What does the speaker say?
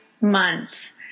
months